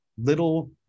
little